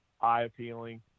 eye-appealing